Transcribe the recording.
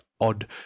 odd